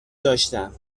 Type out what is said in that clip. داشتم